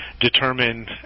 determine